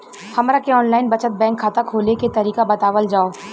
हमरा के online बचत बैंक खाता खोले के तरीका बतावल जाव?